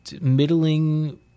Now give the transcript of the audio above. middling